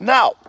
Now